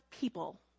people